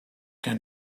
can